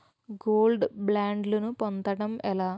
Gold బ్యాండ్లను పొందటం ఎలా?